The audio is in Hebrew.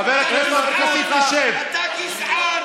עופר כסיף, תתבייש לך בכלל.